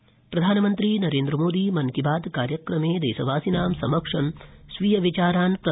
मन की बात प्रधानमन्त्री नरेन्द्रमोदी मन की बात कार्यक्रमे देशवासिनां समक्षं स्वीयविचारान् प्रस्तोष्यति